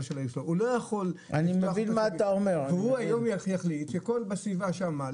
הוא לא יכול והוא היום יוכיח שכל מי שבסיבה שמה,